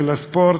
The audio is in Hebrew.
של הספורט,